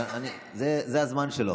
אבל זה הזמן שלו.